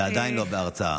זה עדיין לא הרצאה.